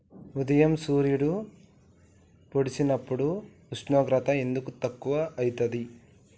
ఉదయం సూర్యుడు పొడిసినప్పుడు ఉష్ణోగ్రత ఎందుకు తక్కువ ఐతుంది?